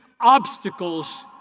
obstacles